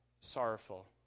sorrowful